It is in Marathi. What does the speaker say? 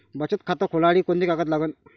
बचत खात खोलासाठी कोंते कागद लागन?